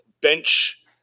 bench